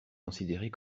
considérée